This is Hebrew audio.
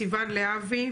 סיון להבי,